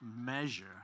measure